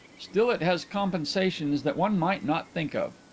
still it has compensations that one might not think of.